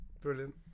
Brilliant